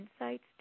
insights